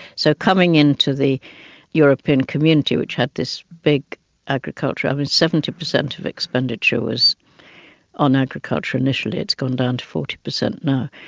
so coming into the european community which had this big agriculture, i mean, seventy percent of expenditure was on agriculture initially, it's gone down to forty percent now,